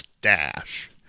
Dash